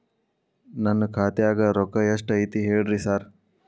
ನನ್ ಖಾತ್ಯಾಗ ರೊಕ್ಕಾ ಎಷ್ಟ್ ಐತಿ ಹೇಳ್ರಿ ಸಾರ್?